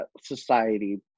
society